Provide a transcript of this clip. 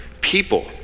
people